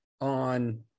on